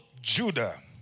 Judah